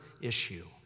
issue